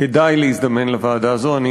כדאי להזדמן לוועדה הזאת.